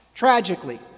tragically